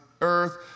earth